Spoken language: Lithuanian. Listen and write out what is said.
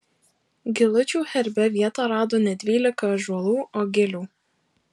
gilučių herbe vietą rado ne dvylika ąžuolų o gilių